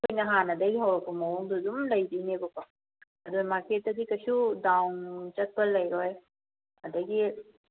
ꯅꯣꯏꯅ ꯍꯥꯟꯅꯗꯩ ꯍꯧꯔꯛꯄ ꯃꯑꯣꯡꯗꯨꯗ ꯑꯗꯨꯝ ꯂꯩꯗꯣꯏꯅꯦꯕꯀꯣ ꯑꯗꯨꯅ ꯃꯥꯔꯀꯦꯠꯇꯗꯤ ꯀꯩꯁꯨ ꯗꯥꯎꯟ ꯅꯨꯡ ꯆꯠꯄ ꯂꯩꯔꯣꯏ ꯑꯗꯒꯤ